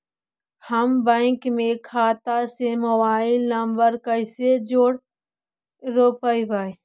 हम बैंक में खाता से मोबाईल नंबर कैसे जोड़ रोपबै?